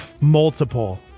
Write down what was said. multiple